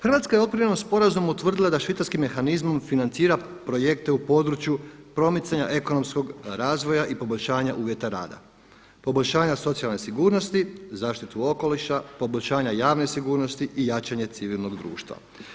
Hrvatska je okvirno sporazumu utvrdila da švicarski mehanizmom financira projekte u području promicanja ekonomskog razvoja i poboljšanja uvjeta rada, poboljšanja socijalne sigurnosti, zaštitu okoliša, poboljšanja javne sigurnosti i jačanje civilnog društva.